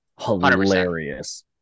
hilarious